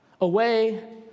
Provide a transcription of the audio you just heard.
away